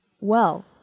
Well